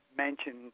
mentioned